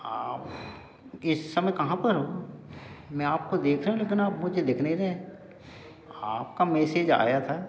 आप इस समय कहाँ पर हो मैं आपको देख रहा हूँ लेकिन आप मुझे दिख नहीं रहे आपका मेसेज आया था